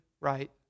right